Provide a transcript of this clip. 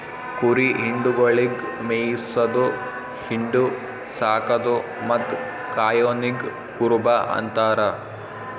ಕುರಿ ಹಿಂಡುಗೊಳಿಗ್ ಮೇಯಿಸದು, ಹಿಂಡು, ಸಾಕದು ಮತ್ತ್ ಕಾಯೋನಿಗ್ ಕುರುಬ ಅಂತಾರ